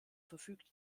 verfügte